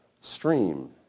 stream